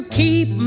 keep